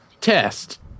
test